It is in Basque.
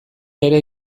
ere